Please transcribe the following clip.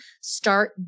start